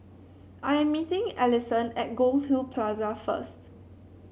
I am meeting Allison at Goldhill Plaza first